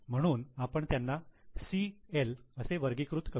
म्हणून आपण त्यांना 'CL' असे वर्गीकृत करू